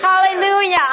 Hallelujah